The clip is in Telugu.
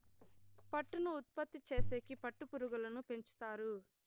పట్టును ఉత్పత్తి చేసేకి పట్టు పురుగులను పెంచుతారు